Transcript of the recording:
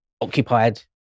occupied